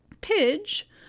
Pidge